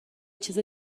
چیز